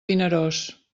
vinaròs